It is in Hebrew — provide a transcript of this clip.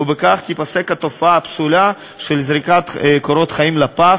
ובכך תיפסק התופעה הפסולה של זריקת קורות חיים לפח